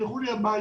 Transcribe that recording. שישלחו לי הביתה,